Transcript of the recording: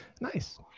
Nice